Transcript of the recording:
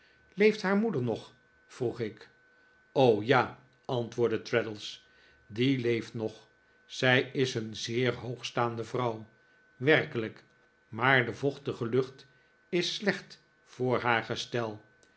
leeft haar moeder nog vroeg ik ja antwoordde traddles die leeft nog zij is een zeer hoogstaande vrouw werkelijk maar de vochtige lucht is slecht voor haar gestel